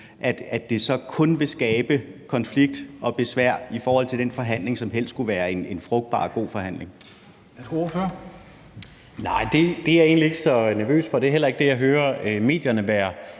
at det så kun vil skabe konflikt og besvær i forhold til den forhandling, som helst skulle være en frugtbar og god forhandling?